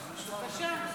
בבקשה.